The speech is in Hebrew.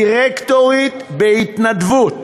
דירקטורית בהתנדבות